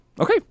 Okay